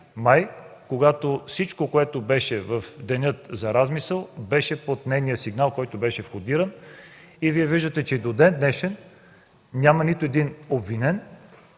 когато всичко, което беше в деня за размисъл, беше под нейния сигнал, който беше входиран. Виждате, че и до ден-днешен няма нито един обвинен